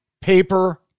paper